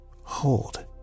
Hold